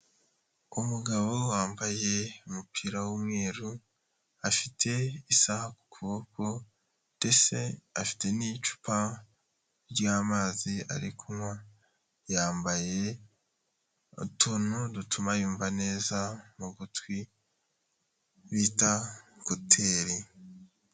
Umugabo wambaye umupira w'umweru afite isaha ku kuboko ndetse afite n'icupa ry'amazi ari kunywa, yambaye utuntu dutuma yumva neza mu gutwi bita kuteri.